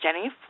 Jenny